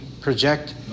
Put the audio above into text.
project